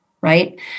right